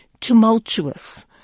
tumultuous